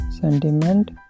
sentiment